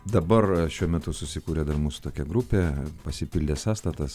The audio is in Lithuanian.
dabar šiuo metu susikūrė dar mūsų tokia grupė pasipildė sąstatas